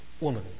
woman